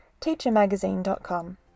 teachermagazine.com